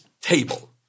table